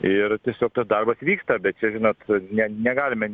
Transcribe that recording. ir tiesiog tas darbas vyksta bet čia žinot ne negalime